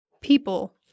people